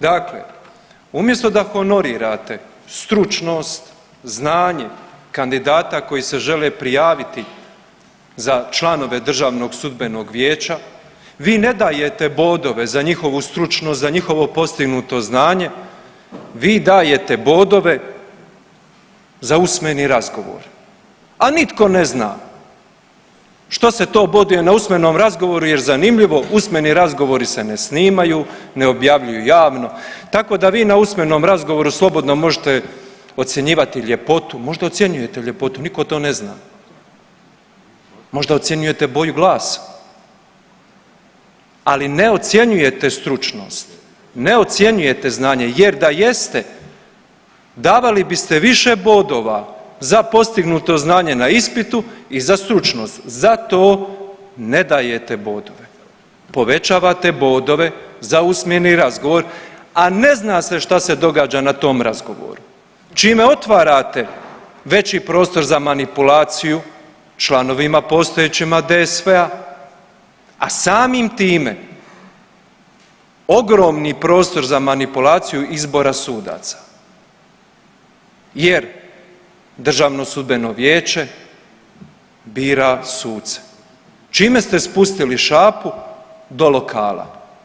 Dakle, umjesto da honorirate stručnost i znanje kandidata koji se žele prijaviti za članove DSV vi ne dajete bodove za njihovu stručnost i za njihovo postignuto znanje, vi dajete bodove za usmeni razgovor, a nitko ne zna što se to boduje na usmenom razgovoru jer zanimljivo usmeni razgovori se ne snimaju, ne objavljuju javno, tako da vi na usmenom razgovoru slobodno možete ocjenjivati ljepotu, možda ocjenjujete ljepotu, nitko to ne zna, možda ocjenjujete boju glasa, ali ne ocjenjujete stručnost, ne ocjenjujete znanje jer da jeste davali biste više bodova za postignuto znanje na ispitu i za stručnost, za to ne dajete bodove, povećavate bodove za usmeni razgovor, a ne zna se šta se događa na tom razgovoru, čime otvarate veći prostor za manipulaciju članovima postojećima DSV-a, a samim time ogromni prostor za manipulaciju izbora sudaca jer Državno sudbeno vijeće bira suce, čime ste spustili šapu do lokala.